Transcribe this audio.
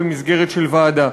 במסגרת של ועדה.